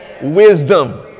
wisdom